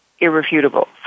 irrefutable